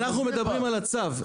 אנחנו מדברים על הצו,